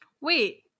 Wait